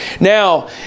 Now